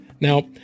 Now